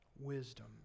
wisdom